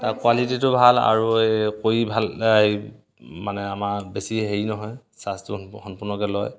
তাৰ কোৱালিটিটো ভাল আৰু এই কৰি ভাল এই মানে আমাৰ বেছি হেৰি নহয় চাৰ্জটো সম্পূৰ্ণকৈ লয়